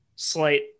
slight